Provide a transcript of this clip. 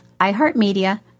iHeartMedia